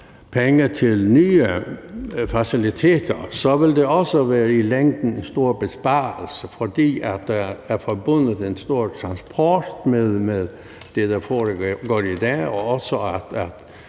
penge til nye faciliteter, så vil det også i længden betyde store besparelser, fordi der er forbundet meget transport med det, der foregår i dag, også